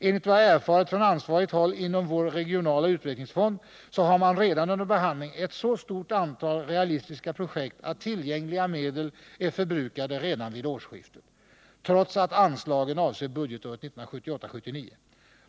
Enligt vad jag erfarit från ansvarigt håll inom vår regionala utvecklingsfond har man redan under behandling ett så stort antal realistiska projekt att tillgängliga medel är förbrukade redan vid årsskiftet, trots att anslagen avser budgetåret 1978/79.